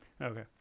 okay